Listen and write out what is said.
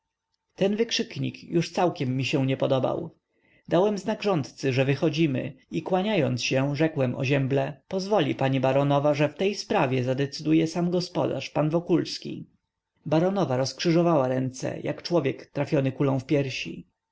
ten wykrzyknik już całkiem mi się nie podobał dałem znak rządcy że wychodzimy i kłaniając się rzekłem ozięble pozwoli pani baronowa że w tej sprawie zadecyduje sam gospodarz pan wokulski baronowa rozkrzyżowała ręce jak człowiek trafiony kulą w piersi